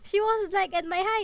she was like at my height